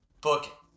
book